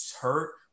hurt